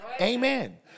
Amen